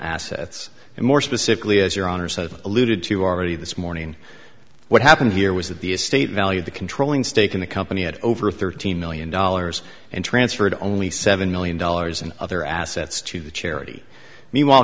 assets and more specifically as your honor so alluded to already this morning what happened here was that the estate valued the controlling stake in the company at over thirteen million dollars and transferred only seven million dollars and other assets to the charity meanwhile